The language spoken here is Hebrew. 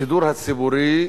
השידור הציבורי,